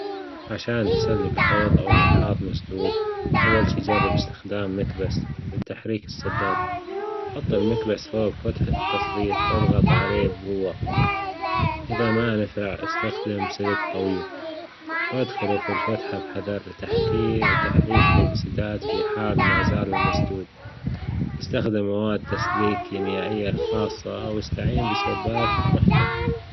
عشان تسلك حوض أو مرحاض مسدود، أول شي جرب إستخدام مكبس لتحريك السدادة، حط المكبس فوج فتحة تصريف وإضغط عليه بجوة، اذا ما نفع إستخدم سلك طويل وأدخله في الفتحة بحذر تحريك الإنسداد في حال ما زال مسدود إستخدم مواد تسليك كيميائية خاصة أو إستعين بسباك محترف.